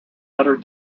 letter